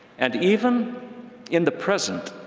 and even in the present,